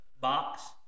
box